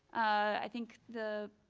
i think the